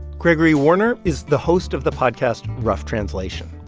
gregory warner is the host of the podcast rough translation.